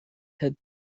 head